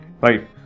right